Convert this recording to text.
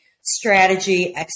strategy